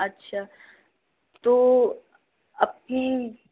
আচ্ছা তো আপনি